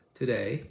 today